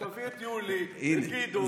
תביא את יולי, את גדעון, תביא מישהו במקום.